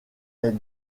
est